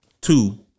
two